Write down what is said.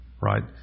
Right